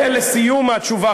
ולסיום התשובה,